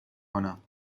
کنم